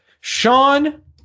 Sean